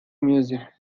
music